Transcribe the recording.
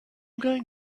going